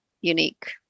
unique